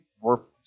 worthless